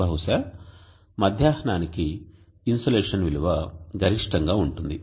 బహుశా మధ్యాహ్నానికి ఇన్సోలేషన్ విలువ గరిష్టంగా ఉంటుంది